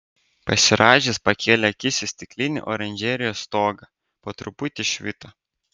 pasirąžęs pakėlė akis į stiklinį oranžerijos stogą po truputį švito